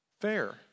fair